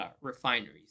refineries